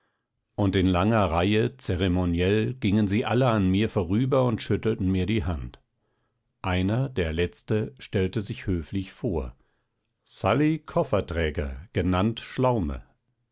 und in langer reihe zeremoniell gingen sie alle an mir vorüber und schüttelten mir die hand einer der letzte stellte sich höflich vor sally kofferträger genannt schlaume